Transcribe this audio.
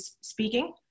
speaking